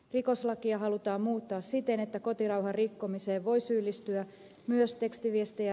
rikoslakia halutaan muuttaa siten että kotirauhan rikkomiseen voi syyllistyä myös tekstiviestejä